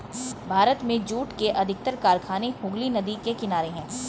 भारत में जूट के अधिकतर कारखाने हुगली नदी के किनारे हैं